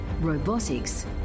robotics